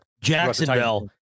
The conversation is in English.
Jacksonville